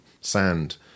sand